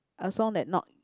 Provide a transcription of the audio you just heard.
a song that not